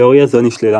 תאוריה זו נשללה,